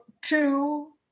two